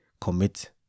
commit